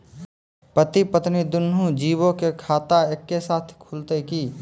पति पत्नी दुनहु जीबो के खाता एक्के साथै खुलते की?